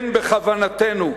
אין בכוונתנו,